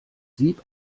sieb